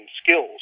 skills